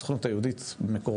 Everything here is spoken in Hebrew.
הסוכנות היהודית ומקורותיה,